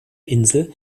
insel